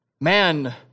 Man